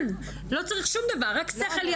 לא צריך שום דבר, רק שכל ישר.